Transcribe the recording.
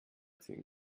ziehen